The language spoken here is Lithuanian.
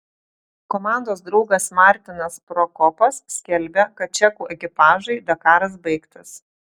komandos draugas martinas prokopas skelbia kad čekų ekipažui dakaras baigtas